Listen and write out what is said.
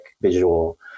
visual